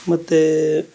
ಮತ್ತು